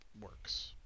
works